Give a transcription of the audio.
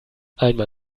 einmal